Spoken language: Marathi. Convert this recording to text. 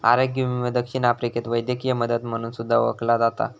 आरोग्य विमो दक्षिण आफ्रिकेत वैद्यकीय मदत म्हणून सुद्धा ओळखला जाता